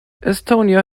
estonia